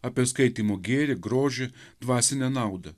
apie skaitymo gėrį grožį dvasinę naudą